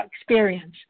experience